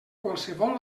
qualsevol